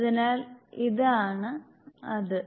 അതിനാൽ ഇതാണ് അത്